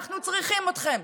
אנחנו צריכים אתכם,